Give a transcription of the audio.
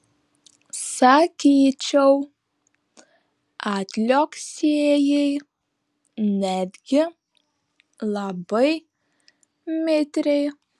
sakyčiau atliuoksėjai netgi labai mitriai